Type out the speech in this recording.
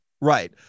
Right